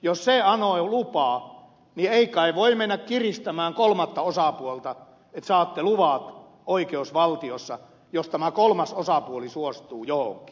jos se anoo lupaa niin ei kai voi mennä kiristämään kolmatta osapuolta oikeusvaltiossa että tämä kolmas osapuoli saa luvat jos suostuu johonkin